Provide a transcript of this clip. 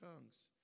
tongues